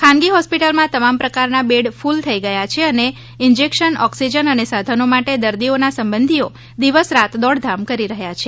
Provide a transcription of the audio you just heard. ખાનગી હોસ્પિટલમાં તમામ પ્રકારના બેડ ક્રલ થઈ ગયા છે અને ઇન્જેક્શન ઓક્સિજન અને સાધનો માટે દર્દીઓના સંબંધીઓ દિવસ રાત્રી દોડધામ કરી રહ્યા છે